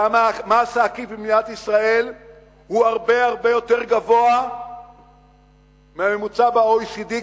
והמס העקיף במדינת ישראל הוא הרבה הרבה יותר גבוה מהממוצע ב-OECD,